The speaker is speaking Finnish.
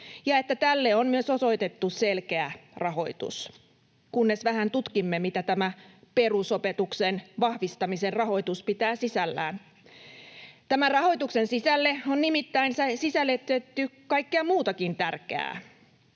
ja että tälle on myös osoitettu selkeä rahoitus, kunnes vähän tutkimme, mitä tämä perusopetuksen vahvistamisen rahoitus pitää sisällään. Tämän rahoituksen sisälle on nimittäin sisällytetty kaikkea muutakin tärkeää,